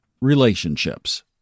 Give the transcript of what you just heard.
relationships